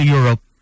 Europe